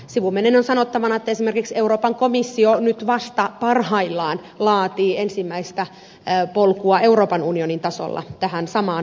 sivumennen on sanottava että esimerkiksi euroopan komissio nyt vasta parhaillaan laatii ensimmäistä polkua euroopan unionin tasolla tähän samaan vuosilukuun tähdäten